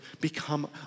become